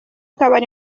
kabari